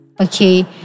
Okay